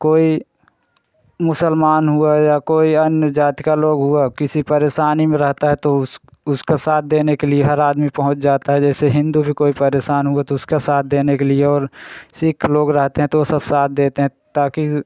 कोई मुसलमान हुआ या कोई अन्य जाती का लोग हुआ किसी परेशानी में रहता है तो उस उसका साथ देने के लिए हर आदमी पहुँच जाता है जैसे हिन्दू भी कोई परेशान हुए तो उसका साथ देने के लिए और सिख लोग रहते हैं तो सब साथ देते हैं ताकि